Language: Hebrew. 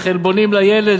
זה חלבונים לילד,